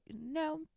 no